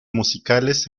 musicales